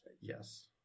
Yes